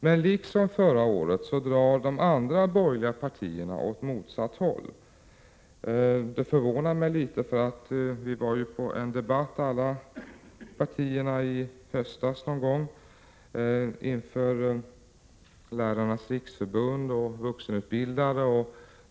Men liksom förra året drar de andra borgerliga partierna åt motsatt håll. Det förvånar mig något. Representanter från alla partier förde i höstas en debatt inför Lärarnas riksförbund och vuxenutbildare.